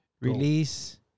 release